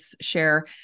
share